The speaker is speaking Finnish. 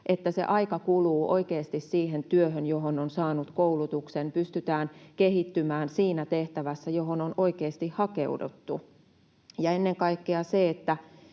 että aika kuluu oikeasti siihen työhön, johon on saanut koulutuksen, ja pystytään kehittymään siinä tehtävässä, johon on oikeasti hakeuduttu, ja ennen kaikkea,